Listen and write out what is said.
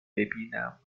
ببینم